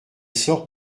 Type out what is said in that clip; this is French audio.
sort